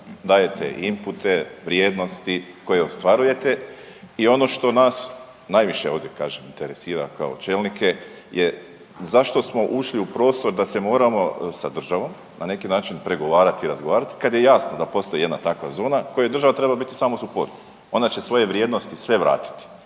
dajete inpute, vrijednosti koje ostvarujete i ono što nas, najviše ovdje, kažem, interesira kao čelnike je zašto smo ušli u prostor da se moramo sa državom na neki način pregovarati i razgovarati kad je jasno da postoji jedna takva zona kojoj država treba biti samo suport. Ona će svoje vrijednosti sve vratiti,